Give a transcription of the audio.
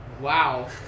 Wow